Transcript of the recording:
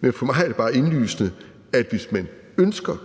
Men for mig er det bare indlysende, at hvis man ønsker